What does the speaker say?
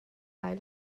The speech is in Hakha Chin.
lai